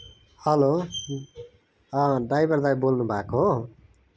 hello अँ driver दाई बोल्नुभएको हो